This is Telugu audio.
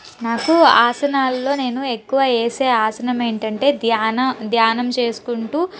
నాకు ఆసనాలలో నేను ఎక్కువ వేసే ఆసనం ఏంటంటే ధ్యాన ధ్యానం చేసుకుంటూ